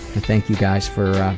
and thank you guys for